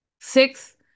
Six